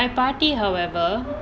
my பாட்டி:paati however